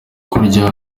kurya